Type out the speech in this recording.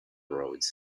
roads